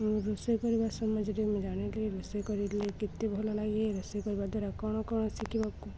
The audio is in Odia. ମୁଁ ରୋଷେଇ କରିବା ସମୟରେ ମୁଁ ଜାଣିଲି ରୋଷେଇ କରିଲେ କେତେ ଭଲ ଲାଗେ ରୋଷେଇ କରିବା ଦ୍ଵାରା କ'ଣ କ'ଣ ଶିଖିବାକୁ ହୁଏ